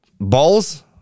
balls